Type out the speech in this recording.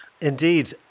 Indeed